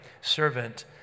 servant